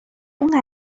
اون